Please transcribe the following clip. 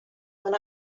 when